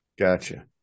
Gotcha